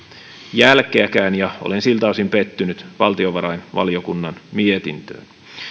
jälkeäkään ja olen siltä osin pettynyt valtiovarainvaliokunnan mietintöön